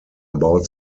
about